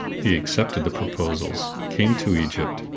he accepted the proposals, came to egypt,